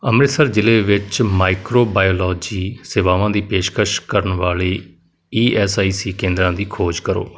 ਅੰਮ੍ਰਿਤਸਰ ਜ਼ਿਲ੍ਹੇ ਵਿੱਚ ਮਾਈਕਰੋਬਾਇਓਲੋਜੀ ਸੇਵਾਵਾਂ ਦੀ ਪੇਸ਼ਕਸ਼ ਕਰਨ ਵਾਲੇ ਈ ਐੱਸ ਆਈ ਸੀ ਕੇਂਦਰਾਂ ਦੀ ਖੋਜ ਕਰੋ